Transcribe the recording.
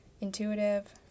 intuitive